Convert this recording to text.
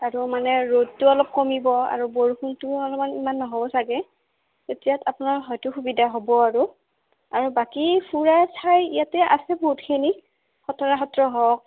আৰু মানে ৰ'দটো অলপ কমিব আৰু বৰষুণটোও অলপমান ইমান নহ'ব চাগৈ তেতিয়া আপোনাৰ হয়তো সুবিধা হ'ব আৰু আৰু বাকী ফুৰাৰ ঠাই ইয়াতে আছে বহুতখিনি খটৰা সত্ৰ হওক